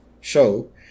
show